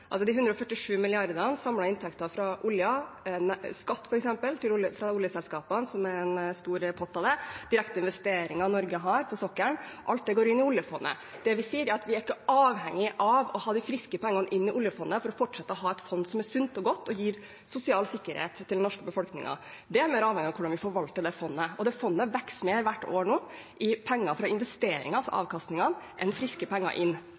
fra oljen er skatt fra oljeselskapene, en stor pott av de direkte investeringene Norge har på sokkelen, og alt det går inn i oljefondet. Vi sier at vi ikke er avhengige av å ha de friske pengene inn i oljefondet for å fortsette å ha et fond som er sunt og godt og gir sosial sikkerhet for den norske befolkningen. Det er avhengig av hvordan vi forvalter det fondet. Fondet vokser hvert år mer i penger fra avkastninger fra investeringene enn friske penger inn.